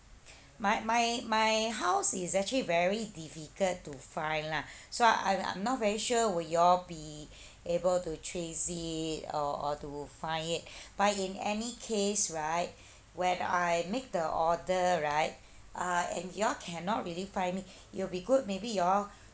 my my my house is actually very difficult to find lah so I I'm not very sure will you all be able to trace it or or to find it but in any case right when I make the order right uh and you all cannot really find me it'll be good maybe you all